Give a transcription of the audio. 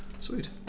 Sweet